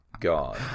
god